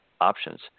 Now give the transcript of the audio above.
options